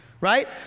right